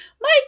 Mike